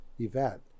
event